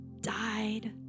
died